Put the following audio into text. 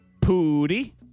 Pooty